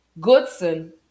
Goodson